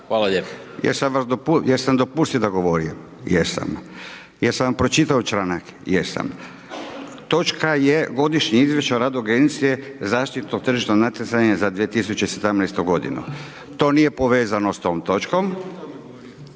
(Nezavisni)** Jesam dopustio da govori? Jesam. Jesam vam pročitao članak? Jesam. Točka je godišnje izvješće o radu agencije za zaštitu tržišnog natjecanja za 2017. godinu. To nije povezano s tom točkom,